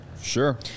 Sure